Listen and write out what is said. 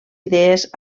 idees